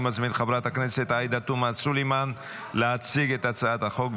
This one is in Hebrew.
אני מזמין את חברת הכנסת עאידה תומא סלימאן להציג את הצעת החוק.